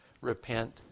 Repent